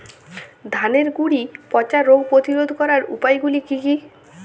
ধানের গুড়ি পচা রোগ প্রতিরোধ করার উপায়গুলি কি কি?